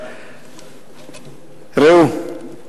ראו,